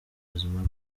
buzima